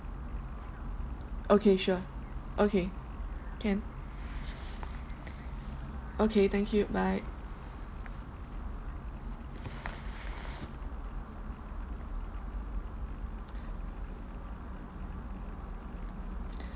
okay sure okay can okay thank you bye